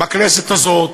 בכנסת הזאת,